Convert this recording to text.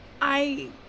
I-